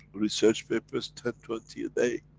research papers ten, twenty a day.